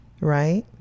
right